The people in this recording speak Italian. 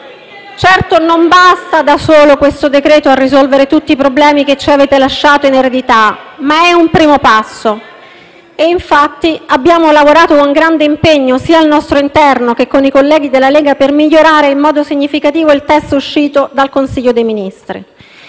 Certo, non basta da solo questo provvedimento a risolvere tutti i problemi che ci avete lasciato in eredità, ma è un primo passo. Infatti, abbiamo lavorato con grande impegno, sia al nostro interno che con i colleghi della Lega, per migliorare in modo significativo il testo approvato dal Consiglio dei ministri.